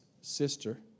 sister